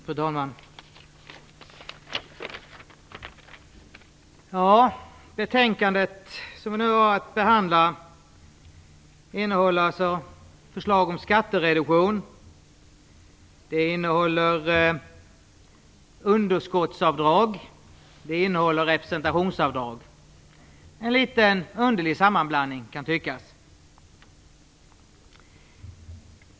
Fru talman! Det betänkande som vi nu har att behandla innehåller förslag om skattereduktion samt om underhållsavdrag och representationsavdrag - en något underlig blandning, kan det tyckas.